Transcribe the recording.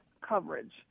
coverage